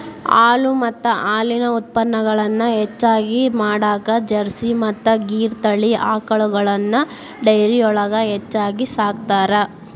ಹಾಲು ಮತ್ತ ಹಾಲಿನ ಉತ್ಪನಗಳನ್ನ ಹೆಚ್ಚಗಿ ಮಾಡಾಕ ಜರ್ಸಿ ಮತ್ತ್ ಗಿರ್ ತಳಿ ಆಕಳಗಳನ್ನ ಡೈರಿಯೊಳಗ ಹೆಚ್ಚಾಗಿ ಸಾಕ್ತಾರ